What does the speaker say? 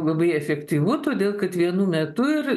labai efektyvu todėl kad vienu metu ir